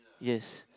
yes